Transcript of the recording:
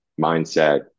mindset